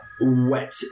wet